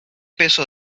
peso